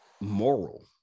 moral